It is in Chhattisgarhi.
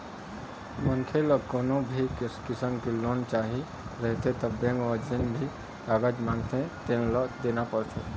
मनखे ल कोनो भी किसम के लोन चाही रहिथे त बेंक ह जेन भी कागज मांगथे तेन ल देना परथे